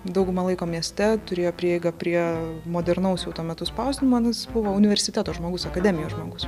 daugumą laiko mieste turėjo prieigą prie modernaus jau tuo metu spausdinimo na jis buvo universiteto žmogus akademijos žmogus